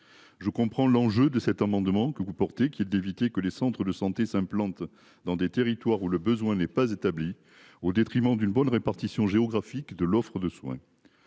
Je comprends l'enjeu de cet amendement que vous portez qui est d'éviter que les centres de santé s'implante dans des territoires où le besoin n'est pas établie au détriment d'une bonne répartition géographique de l'offre de soins.